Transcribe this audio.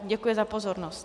Děkuji za pozornost.